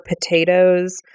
potatoes